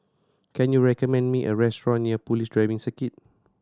can you recommend me a restaurant near Police Driving Circuit